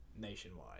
nationwide